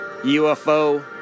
UFO